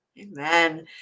Amen